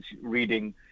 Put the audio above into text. reading